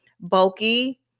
bulky